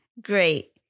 Great